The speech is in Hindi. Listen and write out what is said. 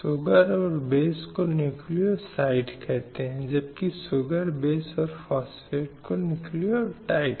इसलिए यहां हिंसा की अवधारणा जिसे घोषणा में संदर्भित किया गया था विशेष रूप से लिंग आधारित हिंसा की बात की गई थी